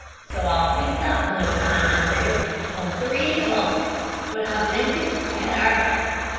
so off we sot one fine day on three hosses with our blankets at our backs